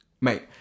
Mate